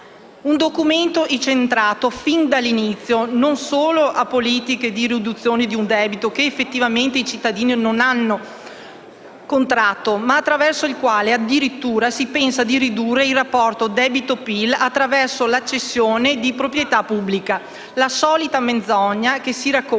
un Documento incentrato, fin dall'inizio, non solo su politiche di riduzione di un debito che effettivamente i cittadini non hanno contratto, ma attraverso il quale, addirittura, si pensa di ridurre il rapporto debito-PIL mediante la cessione di proprietà pubblica: la solita menzogna che si racconta